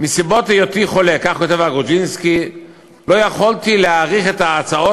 "מסיבות היותי חולה לא יכולתי להעריך את ההצעות